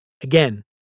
Again